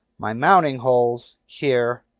my mounting holes here.